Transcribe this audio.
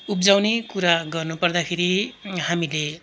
उप्जाउने कुरा गर्नुपर्दाखेरि हामीले